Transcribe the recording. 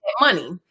money